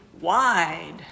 wide